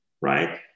Right